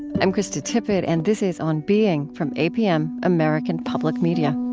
i'm krista tippett, and this is on being, from apm, american public media